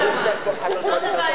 זאת הבעיה.